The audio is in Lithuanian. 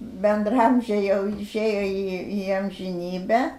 bendraamžiai jau išėjo į amžinybę